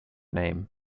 name